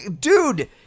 dude